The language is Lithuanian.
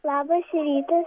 labas rytas